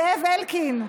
זאב אלקין.